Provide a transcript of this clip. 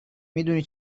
میدونی